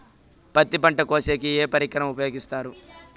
పత్తి పంట కోసేకి ఏ పరికరం ఉపయోగిస్తారు?